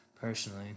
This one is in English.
personally